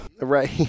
Right